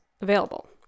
available